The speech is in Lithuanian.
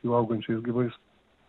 su augančiais gyvais